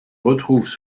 retrouvent